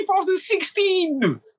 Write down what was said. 2016